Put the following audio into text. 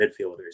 midfielders